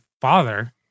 father